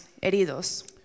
heridos